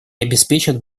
обеспечат